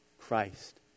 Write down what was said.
Christ